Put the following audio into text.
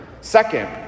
Second